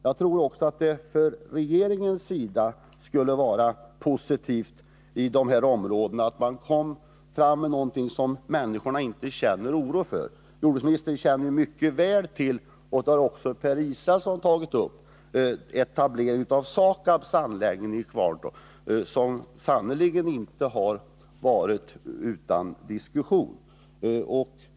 Jag tror också att det för regeringen skulle vara positivt, om den i de här delarna av landet kom med någonting som människorna inte känner oro för. Jordbruksministern känner mycket väl till — och det har också Per Israelsson tagit upp — etableringen av SAKAB:s anläggning i Kvarntorp, som sannerligen inte har skett utan diskussioner.